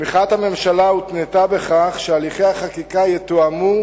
תמיכת הממשלה הותנתה בכך שהליכי החקיקה יתואמו